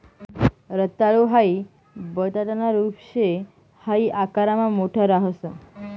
रताळू हाई बटाटाना रूप शे हाई आकारमा मोठ राहस